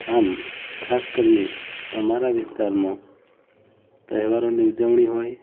આમ ખાસ કરીને અમારાં વિસ્તારમાં તહેવારોની ઉજવણી હોય